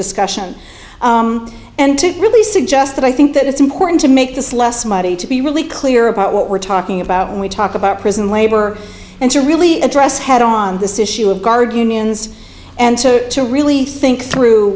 discussion and to really suggest that i think that it's important to make this less muddy to be really clear about what we're talking about when we talk about prison labor and to really address head on this issue of guard unions and to really think through